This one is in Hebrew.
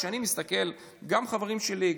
כשאני מסתכל גם על חברים שלי,